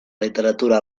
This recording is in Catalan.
literatura